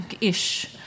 ish